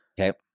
Okay